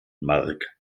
mark